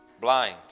blind